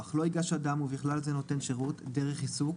לא ייגש אדם ובכלל זה נותן שירות דרך עיסוק,